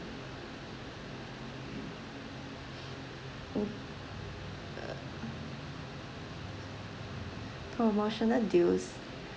mm uh promotional deals